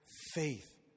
faith